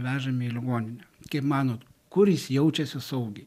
vežami į ligoninę kaip manot kur jis jaučiasi saugiai